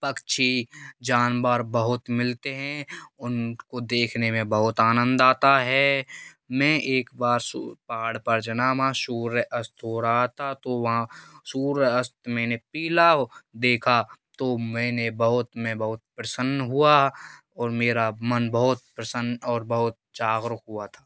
पक्षी जानवर बहुत मिलते हैं उन को देखने में बहुत आनंद आता है मैं एक बार पहाड़ पर जनामा सूर्य अस्त हो रहा था तो वहाँ सूर्य अस्त मैंने पीला देखा तो मैंने बहुत मैं बहुत प्रसन्न हुआ और मेरा मन बहुत प्रसन्न और बहुत जागरूक हुआ था